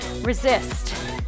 Resist